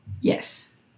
Yes